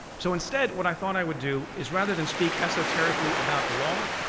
so instead what i thought i would do is rather than speak esoterically about the law,